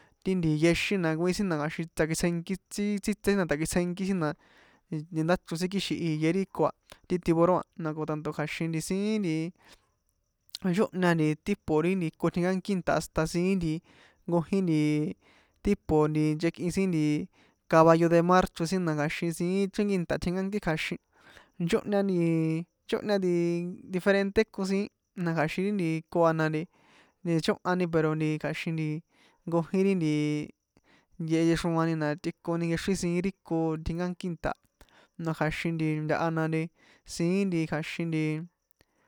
Ti nti yexín na nkojín sin na kja̱xin takitsjenki sin tsítse sin na tsakitsjenkí sin na ndáchro sin kixin iye ri ko a ti tiburón a na ko tanto kja̱xin siín nti nchóhña nti tipo ri iko tjinkánki inta hasta siín nkojín nti tipo nti nchekꞌin sin nti kaballo de mar chro sin na kja̱xin siín chrínkinta tjinkánki kja̱xin nchóhña nti nchóhña nti diferente ko siín na kja̱xin ri nti iko a na chóhani pero nti kja̱xin nti nkojín ri nti nkehe nchexroani na tꞌikoni nkexrín siín ri ko tjinkánkí nta na kja̱xin nti tahana na siín kja̱xin nti.